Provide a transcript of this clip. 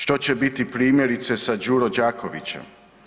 Što će biti, primjerice, sa Đuro Đakovićem?